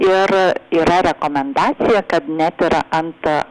ir yra rekomendacija kad net ir ant